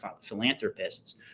philanthropists